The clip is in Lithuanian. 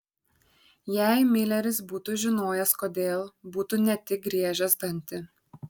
jei mileris būtų žinojęs kodėl būtų ne tik griežęs dantį